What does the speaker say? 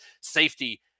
safety